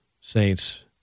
Saints